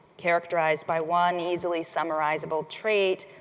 characterized by one, easily-summarizable trait,